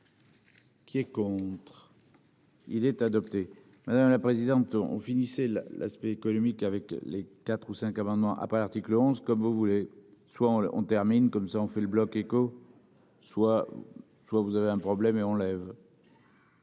Qui est contre. Il est adopté. La présidente on finissait là l'aspect économique avec les quatre ou cinq amendements après l'article 11 comme vous voulez. Soit on termine, comme ça on fait le bloc écho. Soit soit vous avez un problème et on enlève.